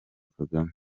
kagame